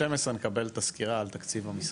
ב-12 נקבל את הסקירה על תקציב המשרד.